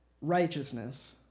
Righteousness